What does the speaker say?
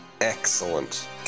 Excellent